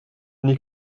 n’est